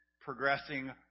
progressing